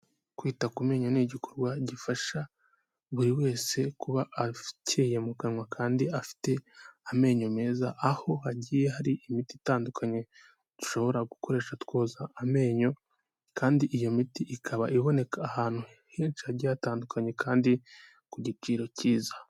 Kwita ku menyo ni igikorwa gifasha buri wese kuba akeye mu kanwa kandi afite amenyo meza, aho hagiye hari imiti itandukanye dushobora gukoresha twoza amenyo, kandi iyo miti ikaba iboneka ahantu henshi hagiye hatandukanye kandi ku giciro cyiza.